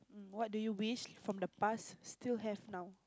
what do you wish from the past still have now